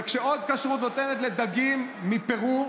וכשעוד כשרות נותנת כשרות לדגים מפרו,